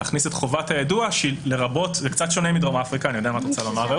זה קצת שונה מדרום אפריקה ואני יודע מה רעות רוצה לומר.